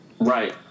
Right